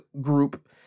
group